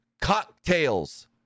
cocktails